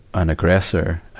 an aggressor,